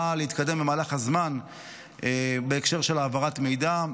להתקדם במהלך הזמן בהקשר של העברת מידע.